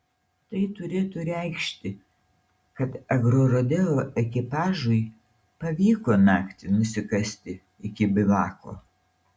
tai turėtų reikšti kad agrorodeo ekipažui pavyko naktį nusikasti iki bivako